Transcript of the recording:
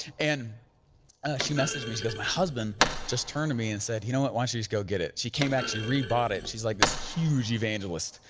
and she message me, she goes my husband just turned to me and said, you know what, once you just go get it. she came back she re bought it. she's like this huge evangelist,